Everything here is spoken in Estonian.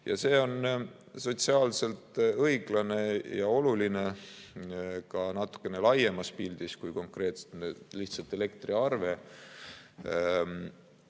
See on sotsiaalselt õiglane ja oluline ka natukene laiemas pildis kui lihtsalt elektriarve